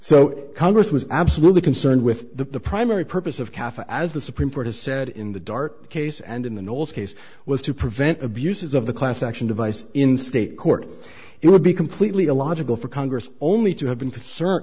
so congress was absolutely concerned with the primary purpose of caffein as the supreme court has said in the dark case and in the knolls case was to prevent abuses of the class action device in state court it would be completely illogical for congress only to have been concerned